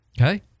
Okay